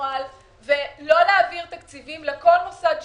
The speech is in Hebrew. בנוהל ולא להעביר תקציבים לכל מוסד שהוא: